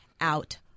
out